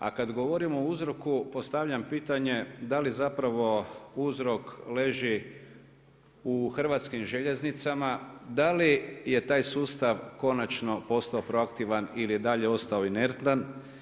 A kada govorimo o uzroku postavljam pitanje da li zapravo uzrok leži u Hrvatskim željeznicama, da li je taj sustav konačno postao proaktivan ili je dalje ostao inertan.